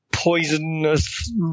poisonous